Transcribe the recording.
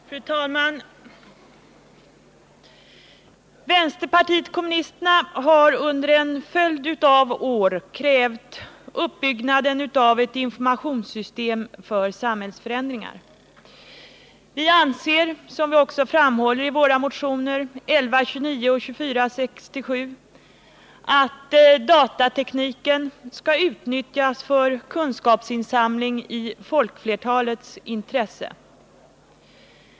Fru talman! Vänsterpartiet kommunisterna har under en följd av år krävt uppbyggnaden av ett informationssystem för samhällsförändringar. Vi anser — som vi också framhåller i våra motioner 1129 och 2467 — att datatekniken skall utnyttjas för kunskapsinsamling i folkflertalets intresse.